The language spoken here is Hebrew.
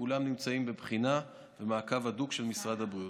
כולם נמצאים בבחינה ומעקב הדוק של משרד הבריאות.